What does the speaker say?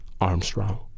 Armstrong